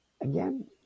Again